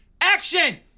Action